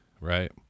right